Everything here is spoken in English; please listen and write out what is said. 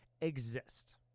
exist